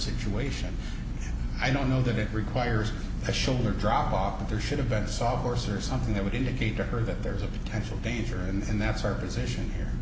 situation i don't know that it requires a shoulder dropoff there should have been a sawhorse or something that would indicate to her that there is a potential danger and that's our position here